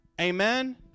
Amen